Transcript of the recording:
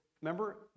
remember